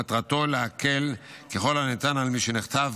מטרתו להקל ככל הניתן על מי שנחטף